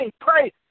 pray